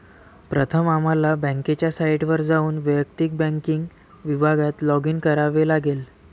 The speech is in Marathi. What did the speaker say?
प्रथम आम्हाला बँकेच्या साइटवर जाऊन वैयक्तिक बँकिंग विभागात लॉगिन करावे लागेल